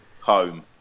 home